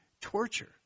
torture